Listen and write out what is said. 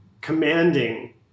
commanding